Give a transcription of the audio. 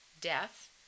death